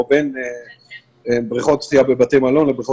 או בין בריכות שחייה בבתי מלון ובריכות